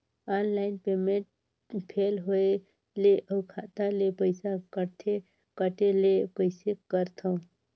Online payment fail होय ले अउ खाता ले पईसा सकथे कटे ले कइसे करथव?